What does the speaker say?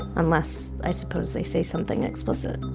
unless i suppose they say something explicit.